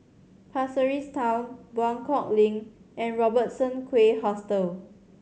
Pasir Ris Town Buangkok Link and Robertson Quay Hostel